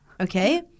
Okay